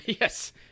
Yes